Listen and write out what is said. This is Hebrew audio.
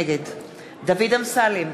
נגד דוד אמסלם,